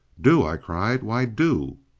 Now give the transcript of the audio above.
do! i cried, why do!